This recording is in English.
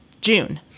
June